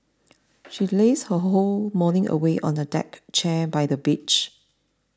she lazed her whole morning away on a deck chair by the beach